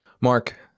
Mark